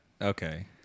Okay